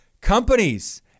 companies